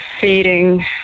feeding